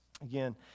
Again